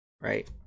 right